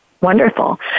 wonderful